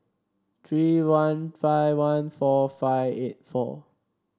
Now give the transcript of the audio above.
three one five one four five eight four